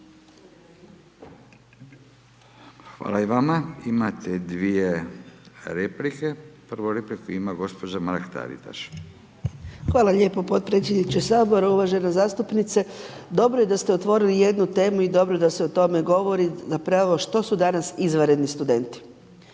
Hvala i vama. Imate dvije replike, prvu repliku ima gospođa Mrak-Taritaš. **Mrak-Taritaš, Anka (GLAS)** Hvala lijepo potpredsjedniče Sabora. Uvažena zastupnice, dobro je da ste otvorili jednu temu i dobro da se o tome govori, zapravo što su danas izvanredni studenti